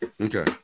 Okay